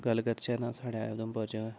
गल्ल करचै तां साढ़ै उधमपुर च